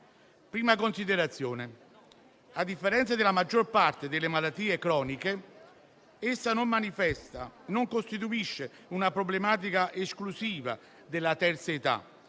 prima considerazione è che, a differenza della maggior parte delle malattie croniche, questa non manifesta né costituisce una problematica esclusiva della terza età;